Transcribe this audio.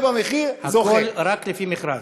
"חיזבאללה" אחד מהשלושה.